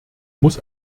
muss